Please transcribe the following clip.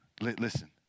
Listen